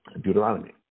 Deuteronomy